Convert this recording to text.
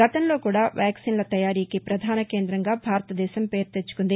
గతంలో కూడా వ్యాక్సిన్ల తయారీకి ప్రధాన కేందంగా భారతదేశం పేరుతెచ్చుకుంది